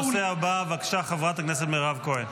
הנושא הבא, בבקשה, חברת הכנסת מירב כהן.